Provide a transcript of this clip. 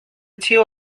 two